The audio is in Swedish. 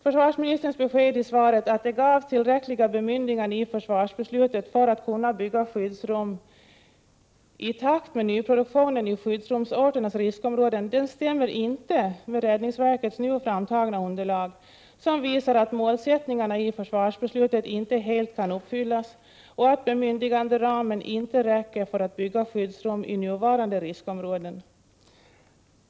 Försvarsministerns besked i svaret att det genom försvarsbeslutet gavs tillräckliga bemyndiganden för att kunna bygga skyddsrum i takt med nyproduktionen i skyddsrumsorternas riskområden stämmer inte med räddningsverkets nu framtagna underlag, som visar att målsättningarna i försvarsbeslutet inte kan uppfyllas helt och att bemyndiganderamen inte räcker för att bygga skyddsrum i nuvarande riskområden.